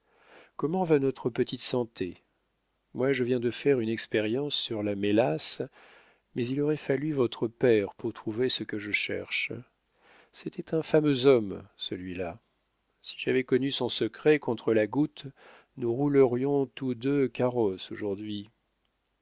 comment va notre petite santé moi je viens de faire une expérience sur la mélasse mais il aurait fallu votre père pour trouver ce que je cherche c'était un fameux homme celui-là si j'avais connu son secret contre la goutte nous roulerions tous deux carrosse aujourd'hui